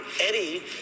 Eddie